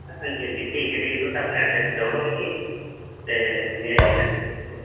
अंजी ठीक ऐ तुस अपना एड्रैस देई ओड़ो मिगी ते में आई जन्ना